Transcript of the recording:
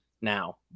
now